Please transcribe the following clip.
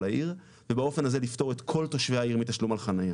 העיר ובאופן הזה לפתור את כל תושבי העיר מתשלום על חניה